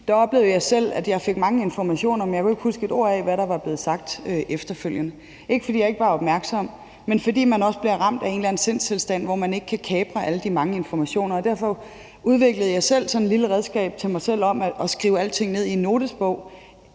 syg, oplevede jeg selv, at jeg fik mange informationer, men jeg kunne ikke huske et ord af, hvad der var blevet sagt, efterfølgende. Det var ikke, fordi jeg ikke var opmærksom, men fordi man også bliver ramt af en eller anden sindstilstand, hvor man ikke kan kapre alle de mange informationer. Derfor udviklede jeg sådan et lille redskab til mig selv i forhold til at skrive alting ned i en notesbog,